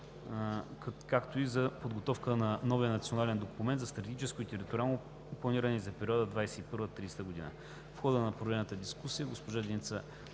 както и за подготовката на новия национален документ за стратегическо и териториално планиране за периода 2021 – 2030 г. В хода на проведената дискусия госпожа Деница